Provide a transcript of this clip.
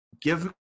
give